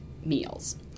meals